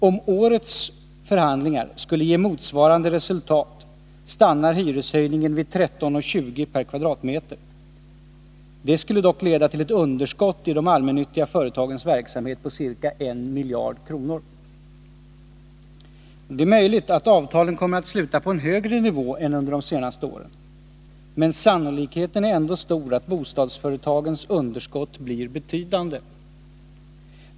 Om årets förhandlingar skulle ge motsvarande resultat, stannar hyreshöjningen vid 13:20 kr. per kvadratmeter. Det skulle dock leda till ett underskott i de allmännyttiga företagens verksamhet på ca 1 miljard kronor. Det är möjligt att avtalen kommer att sluta på en högre nivå än under de senaste åren. Men sannolikheten är ändå stor att bostadsföretagens underskott blir betydande.